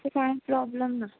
कांय प्रोब्लम ना